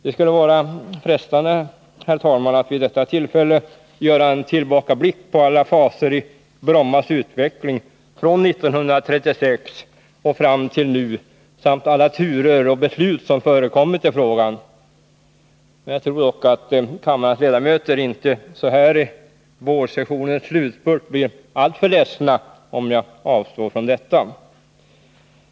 Det skulle vara frestande, herr talman, att vid detta tillfälle göra en tillbakablick på alla faser i Brommas utveckling från 1936 fram till nu samt på alla turer och beslut i frågan. Jag tror dock att kammarens ledamöter inte så här i vårsessionens slutspurt blir alltför ledsna om jag avstår från detta.